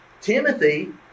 Timothy